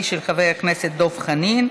והיא של חבר הכנסת דב חנין,